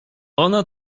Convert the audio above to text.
ona